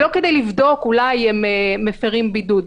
ולא כדי לבדוק אולי הם מפרים בידוד.